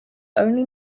only